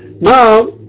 Now